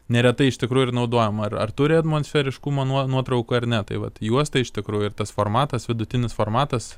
neretai iš tikrųjų ir naudojama ar ar turi atmonsferiškumo nuo nuotrauka ar ne tai vat juosta iš tikrųjų ir tas formatas vidutinis formatas